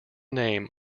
name